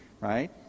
right